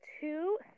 two